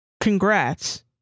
Congrats